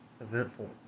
eventful